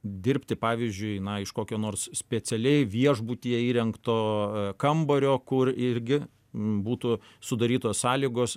dirbti pavyzdžiui iš kokio nors specialiai viešbutyje įrengto kambario kur irgi būtų sudarytos sąlygos